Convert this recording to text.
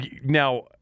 Now